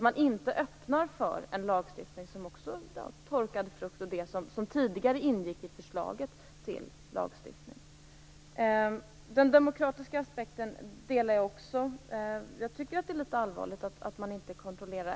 Man får inte öppna för en lagstiftning som också innefattar torkad frukt osv., dvs. det som tidigare ingick i förslaget till lagstiftning. Jag delar också synen på den demokratiska aspekten. Jag tycker att det är litet allvarligt att detta inte kontrolleras.